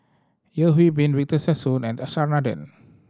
Yeo Hwee Bin Victor Sassoon and S R Nathan